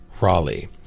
Raleigh